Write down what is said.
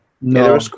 No